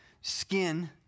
skin